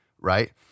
right